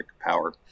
power